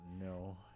no